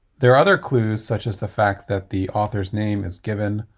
there are other clues such as the fact that the author's name is given